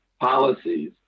policies